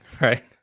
right